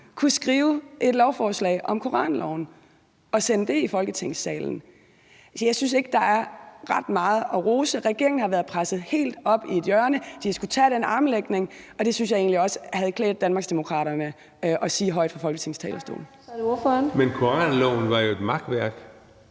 komme med et lovforslag, som skal genindføre en hidtidig retstilstand. Altså, jeg synes ikke, der er ret meget at rose for. Regeringen har været presset helt op i et hjørne, og de har skullet tage den armlægning, og det synes jeg egentlig også det havde klædt Danmarksdemokraterne at sige højt fra Folketingets talerstol. Kl. 11:12 Fjerde